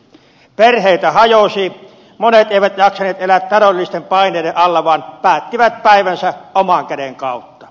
perheitä hajosi monet eivät jaksaneet elää taloudellisten paineiden alla vaan päättivät päivänsä oman käden kautta